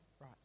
right